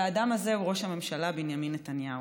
והאדם הזה הוא ראש הממשלה בנימין נתניהו.